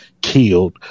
killed